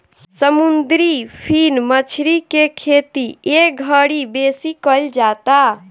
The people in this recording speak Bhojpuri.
समुंदरी फिन मछरी के खेती एघड़ी बेसी कईल जाता